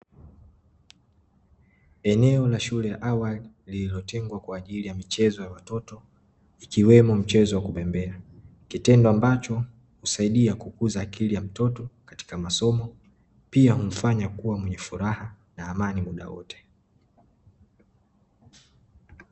Eneo la shule ya awali, lililotengwa kwaajili ya michezo ya watoto , ikiwemo michezo wa kubembea, kitendo ambacho ,husaidia kukuza akili ya mtoto katika masomo, pia humfanya kuwa mwenye furaha, na amani muda wote.